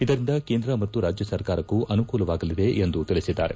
ಇದರಿಂದ ಕೇಂದ್ರ ಮತ್ತು ರಾಜ್ಯ ಸರ್ಕಾರಕ್ಕೂ ಅನುಕೂಲವಾಗಲಿದೆ ಎಂದು ತಿಳಿಸಿದ್ದಾರೆ